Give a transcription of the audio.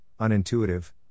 unintuitive